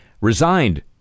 resigned